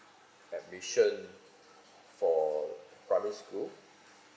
admission for primary school